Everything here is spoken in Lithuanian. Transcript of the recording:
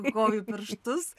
kojų pirštus